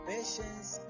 Patience